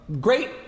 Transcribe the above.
great